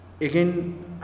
again